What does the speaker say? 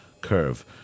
curve